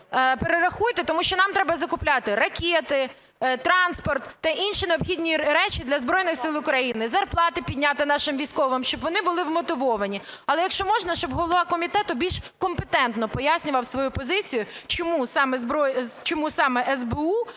перерахуйте, тому що нам треба закупляти ракети, транспорт та інші необхідні речі для Збройних Сил України, зарплати підняти нашим військовим, щоб вони були вмотивовані. Але, якщо можна, щоб голова комітету більш компетентно пояснював свою позицію, чому саме СБУ,